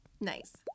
Nice